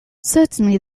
certainly